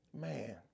man